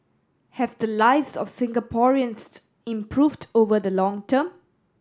have the lives of Singaporeans improved over the long term